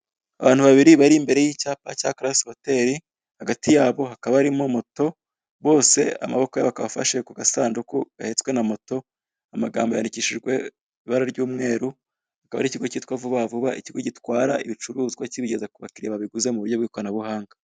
Abantu babiri bari imbere y'icyapa cya kalase hoteli, hagati yabo hakaba harimo moto, bose amaboko yabo afashe ku gasanduku gahetswe na moto, amagambo yandikishijwe ibara ry'umweru, akaba ari ikigo kitwa vuba vuba, ikigo gitwara ibicuruzwa kibigeza ku bakiriya babiguze mu buryo bw'ikoranabuhanga.